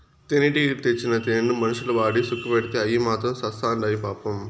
తేనెటీగలు తెచ్చిన తేనెను మనుషులు వాడి సుకపడితే అయ్యి మాత్రం సత్చాండాయి పాపం